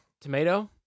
Tomato